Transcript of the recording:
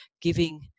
giving